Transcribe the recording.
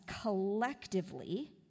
collectively